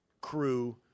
crew